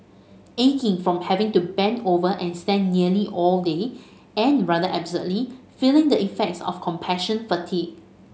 aching from having to bend over and stand nearly all day and rather absurdly feeling the effects of compassion fatigue